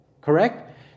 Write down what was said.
Correct